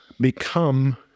become